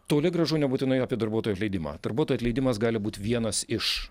toli gražu nebūtinai apie darbuotojų atleidimą darbuotojų atleidimas gali būt vienas iš